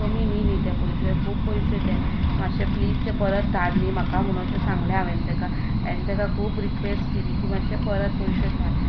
कमी न्ही न्ही ते पयशे खूब पयशे ते मातशे प्लीज ते परत धाड न्ही म्हाका म्हुणू अशें सांगलें हांवें तेका एन ताका खूब रिक्वॅस केली की मातशें परत पयशे धाड